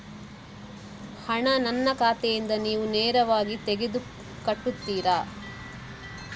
ಹಣ ನನ್ನ ಖಾತೆಯಿಂದ ನೀವು ನೇರವಾಗಿ ತೆಗೆದು ಕಟ್ಟುತ್ತೀರ?